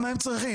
למה הם צריכים?